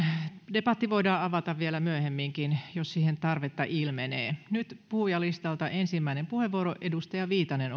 debatti voidaan avata vielä myöhemminkin jos siihen tarvetta ilmenee nyt puhujalistalta ensimmäinen puheenvuoro edustaja viitanen